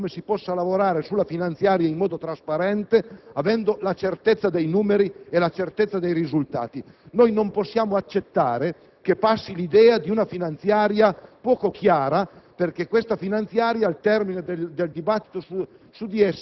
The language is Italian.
accettare. Abbiamo già concretamente dimostrato come si possa lavorare sulla finanziaria in modo trasparente, avendo la certezza dei numeri e dei risultati. Non possiamo accettare che passi l'idea di una finanziaria poco chiara,